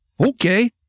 Okay